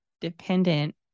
dependent